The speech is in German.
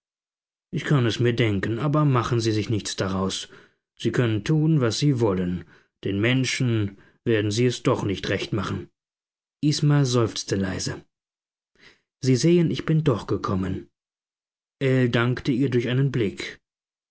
ich kann es mir denken aber machen sie sich nichts daraus sie können tun was sie wollen den menschen werden sie es doch nicht recht machen isma seufzte leise sie sehen ich bin doch gekommen ell dankte ihr durch einen blick